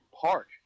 park